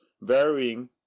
varying